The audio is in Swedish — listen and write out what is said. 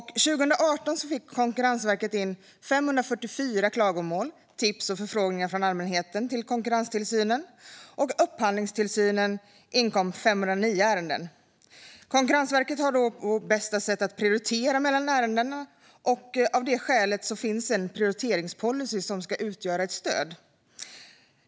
Konkurrensverket fick 2018 in 544 klagomål, tips och förfrågningar från allmänheten till konkurrenstillsynen, och till upphandlingstillsynen inkom 509 ärenden. Konkurrensverket har då att på bästa sätt prioritera mellan ärendena, och av det skälet finns en prioriteringspolicy som ska utgöra ett stöd.